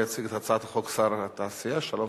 סליחה?